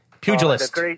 Pugilist